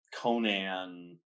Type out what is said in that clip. Conan